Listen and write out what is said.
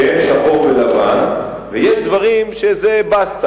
שהם שחור ולבן ויש דברים שזה "בסטה",